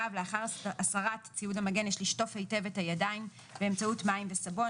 לאחר הסרת ציוד המגן יש לשטוף היטב את הידיים באמצעות מים וסבון,